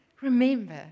remember